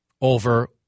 over